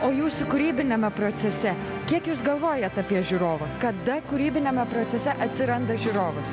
o jūsų kūrybiniame procese kiek jūs galvojat apie žiūrovą kada kūrybiniame procese atsiranda žiūrovas